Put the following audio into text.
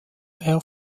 air